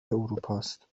اروپاست